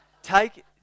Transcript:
Take